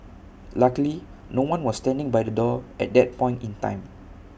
luckily no one was standing by the door at that point in time